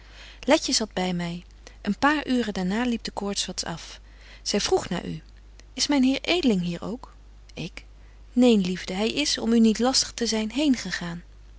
letje zat by my een paar uuren daar na liep de koorts wat af zy vroeg naar u is myn heer edeling hier ook ik neen liefde hy is om u niet lastig te zyn